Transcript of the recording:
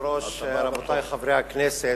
כבוד היושב-ראש, רבותי חברי הכנסת,